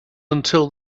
until